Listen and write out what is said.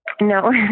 no